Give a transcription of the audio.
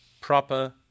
proper